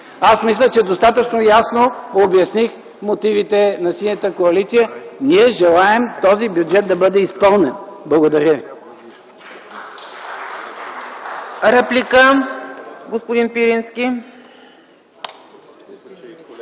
Аз мисля, че достатъчно ясно обясних мотивите на Синята коалиция. Ние желаем този бюджет да бъде изпълнен. Благодаря